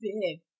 big